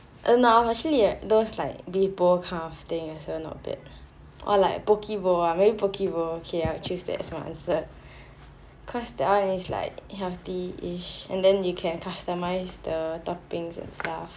I don't know I'm actually a those like wheat bowl kind of thing also not bad or like poke bowl ah maybe poke bowl okay I will choose that as my answer cause that one is like healthy and then you can customise the toppings and stuff